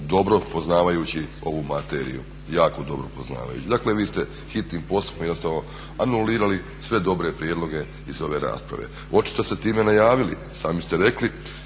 dobro poznavajući ovu materiju, jako dobro poznavajući. Dakle, vi ste hitnim postupkom jednostavno anulirali sve dobre prijedloge iz ove rasprave. Očito ste time najavili, sami ste rekli